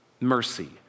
mercy